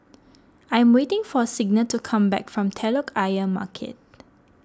I am waiting for Signa to come back from Telok Ayer Market